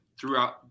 throughout